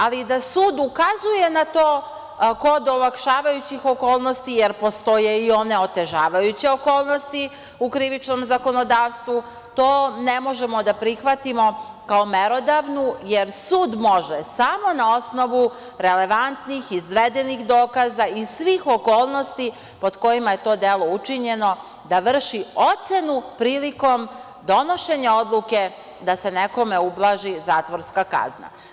Ali, da sud ukazuje na to kod olakšavajućih okolnosti, jer postoje i one otežavajuće okolnosti u krivičnom zakonodavstvu, to ne možemo da prihvatimo kao merodavnu, jer sud može samo na osnovu relevantnih, izvedenih dokaza iz svih okolnosti pod kojima je to delo učinjeno da vrši ocenu prilikom donošenja odluke da se nekome ublaži zatvorska kazna.